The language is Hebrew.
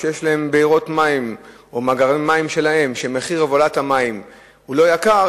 שיש להן בארות מים או מאגרי מים משלהן ומחיר הובלת המים הוא לא יקר,